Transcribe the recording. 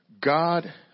God